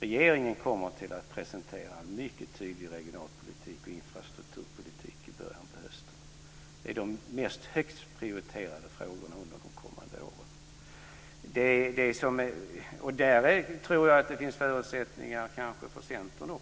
Regeringen kommer att presentera en mycket tydlig regionalpolitik och infrastrukturpolitik i början av hösten. De är de högst prioriterade frågorna under de kommande åren. Jag tror att det kanske finns förutsättningar också för Centern